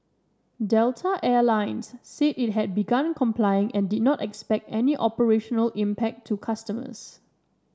Delta Air Lines said it had begun complying and did not expect any operational impact to customers